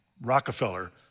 Rockefeller